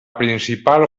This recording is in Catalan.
principal